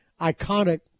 iconic